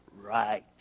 Right